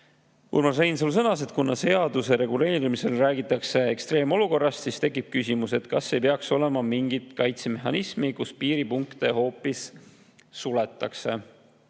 Urmas Reinsalu sõnas, et kuna seaduse puhul räägitakse ekstreemolukorrast, siis tekib küsimus, kas ei peaks olema mingit kaitsemehhanismi, millega piiripunkte hoopis suletakse.